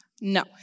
no